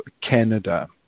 Canada